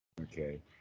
Okay